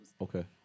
Okay